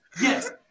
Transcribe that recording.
Yes